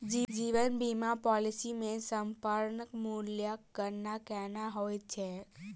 जीवन बीमा पॉलिसी मे समर्पण मूल्यक गणना केना होइत छैक?